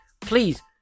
please